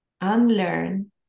unlearn